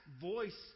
voice